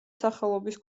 სახელობის